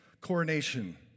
coronation